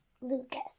Lucas